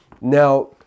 Now